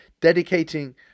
dedicating